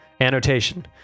annotation